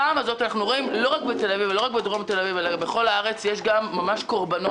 בפעם הזו ראינו קורבנות בכל הארץ ולא רק בתל אביב.